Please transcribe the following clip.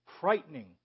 Frightening